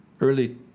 early